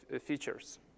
features